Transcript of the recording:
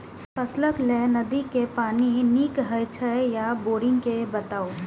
फसलक लेल नदी के पानी नीक हे छै या बोरिंग के बताऊ?